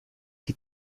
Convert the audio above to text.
die